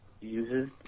uses